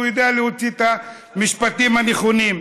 והוא יודע להוציא את המשפטים הנכונים.